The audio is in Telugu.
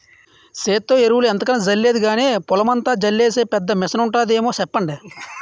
సేత్తో ఎరువులు ఎంతకని జల్లేది గానీ, పొలమంతా జల్లీసే పెద్ద మిసనుంటాదేమో సెప్పండి?